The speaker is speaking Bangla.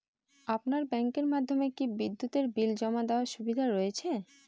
আপনার ব্যাংকের মাধ্যমে কি বিদ্যুতের বিল জমা দেওয়ার সুবিধা রয়েছে?